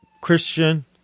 Christian